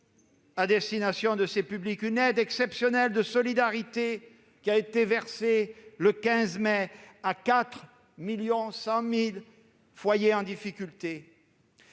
à destination de ces publics. Une aide exceptionnelle de solidarité a été versée le 15 mai dernier à 4,1 millions de foyers en difficulté,